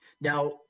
Now